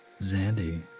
Zandy